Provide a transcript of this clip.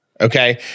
Okay